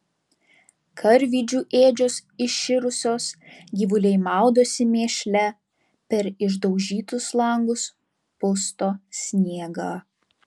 karvidžių ėdžios iširusios gyvuliai maudosi mėšle per išdaužytus langus pusto sniegą